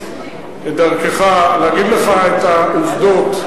בדרכך להגיד לך את העובדות.